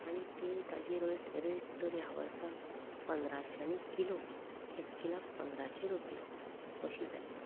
आनी ती ताजी रोट रेट तर ह्या वर्साक पंदराश्यांनी किलो एक किलाक पंदराशें रुपया अशी जाली